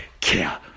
care